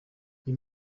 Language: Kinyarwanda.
uyu